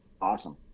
awesome